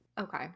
Okay